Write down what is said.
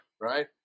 right